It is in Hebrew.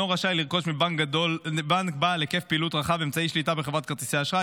רשאי לרכוש מבנק בעל היקף פעילות רחב אמצעי שליטה בחברת כרטיסי אשראי.